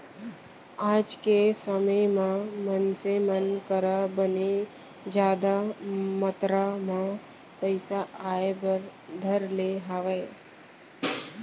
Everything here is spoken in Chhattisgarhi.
आज के समे म मनसे मन करा बने जादा मातरा म पइसा आय बर धर ले हावय